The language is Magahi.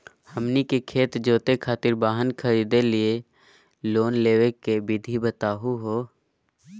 हमनी के खेत जोते खातीर वाहन खरीदे लिये लोन लेवे के विधि बताही हो?